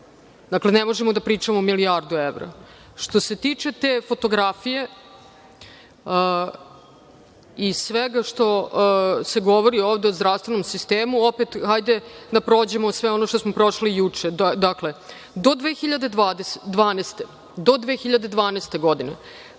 Dakle, ne možemo da pričamo o milijardu evra. Što se tiče te fotografije i svega što se govori ovde o zdravstvenom sistemu, opet hajde da prođemo sve ono što smo prošli juče. Dakle, do 2012. godine